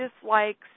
dislikes